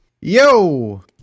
Yo